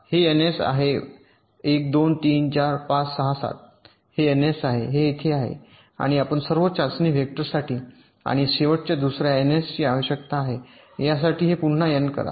हे N S आहे 1 2 3 4 5 6 7 हे एन एस आहे हे येथे आहे आणि आपण सर्व चाचणी व्हेक्टरसाठी आणि शेवटच्यासाठी दुसर्या एनएसची आवश्यकता आहे यासाठी हे पुन्हा एन करा